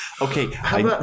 Okay